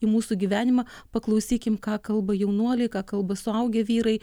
į mūsų gyvenimą paklausykim ką kalba jaunuoliai ką kalba suaugę vyrai